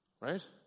Right